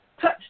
Touch